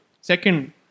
Second